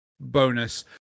bonus